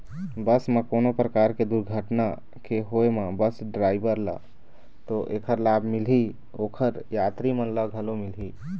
बस म कोनो परकार के दुरघटना के होय म बस डराइवर ल तो ऐखर लाभ मिलही, ओखर यातरी मन ल घलो मिलही